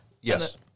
Yes